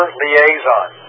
liaison